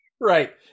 Right